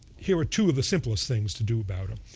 here are two of the simplest things to do about it.